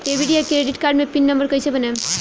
Debit या credit card मे pin number कैसे बनाएम?